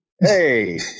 Hey